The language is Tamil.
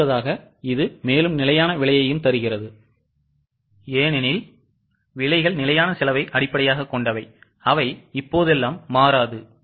அடுத்தது இது மேலும் நிலையான விலையையும் தருகிறது ஏனெனில் விலைகள் நிலையான செலவை அடிப்படையாகக் கொண்டவை அவை இப்போதெல்லாம் மாறாது